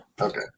okay